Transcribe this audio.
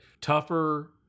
tougher